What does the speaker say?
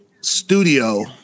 studio